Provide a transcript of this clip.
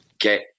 get